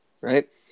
right